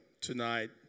tonight